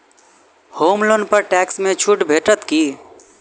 होम loan पर tax मे छुट भेटत की